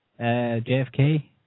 JFK